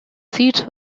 seats